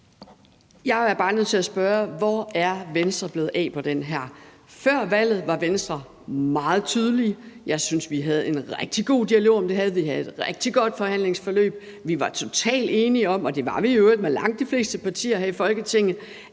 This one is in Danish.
Jeg er bare nødt til at spørge: Hvor er Venstre blevet af i det her? Før valget var Venstre meget tydelige. Jeg syntes, vi havde en rigtig god dialog om det her, og at vi havde et rigtig godt forhandlingsforløb. Vi var totalt enige om, og det var vi i øvrigt med langt de fleste partier her i Folketinget,